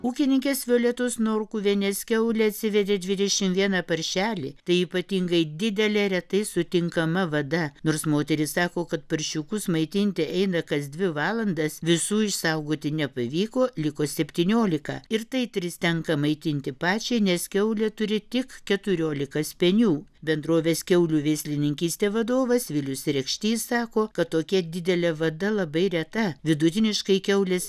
ūkininkės violetos norkuvienės kiaulė atsivedė dvidešim vieną paršelį tai ypatingai didelė retai sutinkama vada nors moteris sako kad paršiukus maitinti eina kas dvi valandas visų išsaugoti nepavyko liko septyniolika ir tai tris tenka maitinti pačiai nes kiaulė turi tik keturiolika spenių bendrovės kiaulių veislininkystė vadovas vilius rekštys sako kad tokia didelė vada labai reta vidutiniškai kiaulės